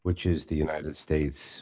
which is the united states